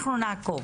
אנחנו נעקוב.